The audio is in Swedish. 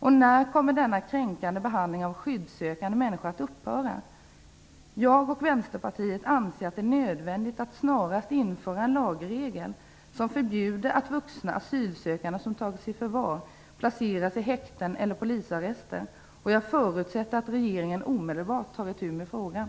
När kommer denna kränkande behandling av skyddssökande människor att upphöra? Jag och Vänsterpartiet anser att det är nödvändigt att snarast införa en lagregel som förbjuder att vuxna asylsökande som tagits i förvar placeras i häkten eller polisarrester. Jag förutsätter att regeringen omedelbart tar itu med den frågan.